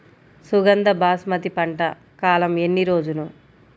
సుగంధ బాస్మతి పంట కాలం ఎన్ని రోజులు?